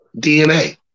dna